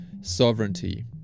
sovereignty